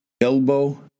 Elbow